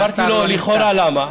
אמרתי לו, לכאורה: למה?